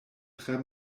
tre